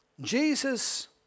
Jesus